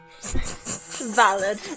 Valid